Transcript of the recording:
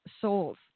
souls